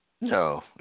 No